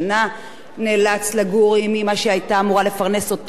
לפרנס אותו ואת שתי הסבתות במדינה חדשה,